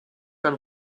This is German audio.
dann